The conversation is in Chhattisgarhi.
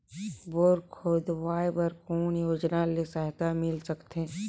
बोर खोदवाय बर कौन योजना ले सहायता मिल सकथे?